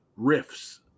riffs